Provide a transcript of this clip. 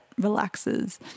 relaxes